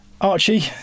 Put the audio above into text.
Archie